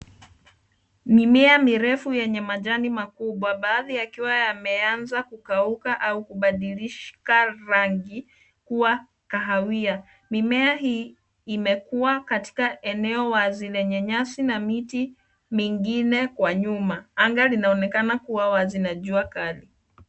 Mimea mirefu yenye majani makubwa baadhi yakiwa yameeanza kukauka au kubadislisha rangi kuwa kahawia. Mimea hii imekuwa katika eneo wazi lenye nyasi na miti mingine kwa nyuma. Anga linaonekana kuwa wazi na jua kali.